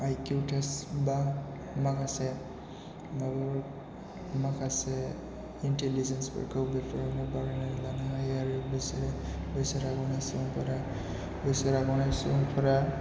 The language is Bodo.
आइ किउ टेस्ट बा माखासे माबाफोर माखासे इन्टिलिगेन्सफोरखौ बेफोरजों बारायनानै लानो हायो आरो बिसोरो बैसो राग'नाय सुबुंफोरा बैसो राग'नाय सुबुंफोरा